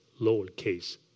lowercase